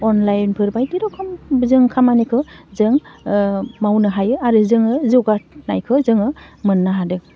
अनलाइनफोर बायदि रोखोम जों खामानिखौ जों मावनो हायो आरो जोङो जौगानायखौ जोङो मोननो हादों